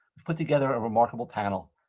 put together a remarkable panel,